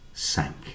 Sank